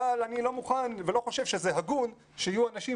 אבל אני לא מוכן ולא חושב שזה הגון שיהיו אנשים